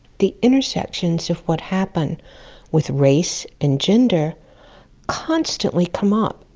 the intersections of what happened with race and gender constantly come up,